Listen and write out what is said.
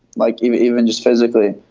like even even just physically.